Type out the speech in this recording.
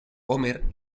homer